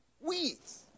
Weeds